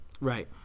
Right